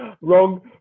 wrong